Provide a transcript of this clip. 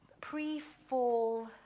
pre-fall